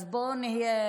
אז בואו נהיה